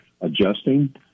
adjusting